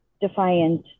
defiant